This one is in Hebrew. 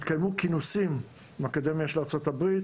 התקיימו כינוסים עם האקדמיה של ארצות הברית,